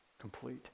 complete